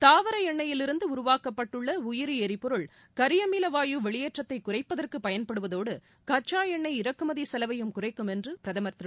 தாவர எண்ணெயில் இருந்து உருவாக்கப்பட்டுள்ள உயிரி ளரிபொருள் கியமிலவாயு வெளியேற்றத்தை குறைப்பதற்கு பயன்படுவதோடு கச்சா எண்ணொய் இறக்குமதி செலவையும் குறைக்கும் என்று பிரதமர் திரு